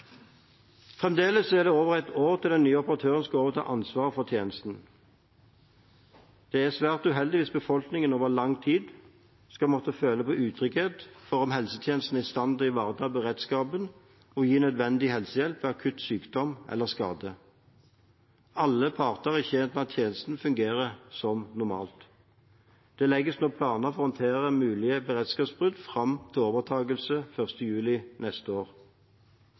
Fremdeles er det over ett år til den nye operatøren skal ta over ansvaret for tjenesten. Det er svært uheldig hvis befolkningen over lang tid skal måtte føle på utrygghet for om helsetjenesten er i stand til å ivareta beredskapen og gi nødvendig helsehjelp ved akutt sykdom eller skade. Alle parter er tjent med at tjenesten fungerer som normalt. Det legges nå planer for å håndtere mulige beredskapsavbrudd fram til overtakelsen 1. juli neste år.